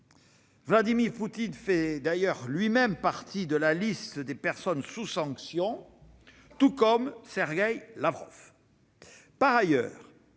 Vladimir Poutine fait d'ailleurs partie de la liste des personnes sous sanction, tout comme Sergueï Lavrov.